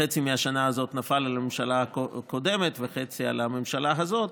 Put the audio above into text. חצי מהשנה הזאת נפל על הממשלה הקודמת וחצי על הממשלה הזאת,